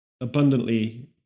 abundantly